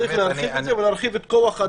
צריך להרחיב את זה ולהרחיב את כוח האדם.